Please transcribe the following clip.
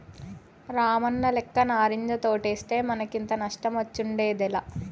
రామన్నలెక్క నారింజ తోటేస్తే మనకింత నష్టమొచ్చుండేదేలా